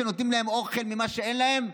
שנותנים להם אוכל ממה שאין להם,